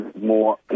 more